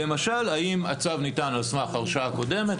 למשל האם הצו ניתן על סמך הרשעה קודמת,